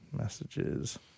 messages